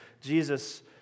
Jesus